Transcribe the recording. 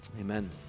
Amen